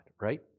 right